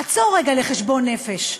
עצור רגע לחשבון נפש,